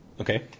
Okay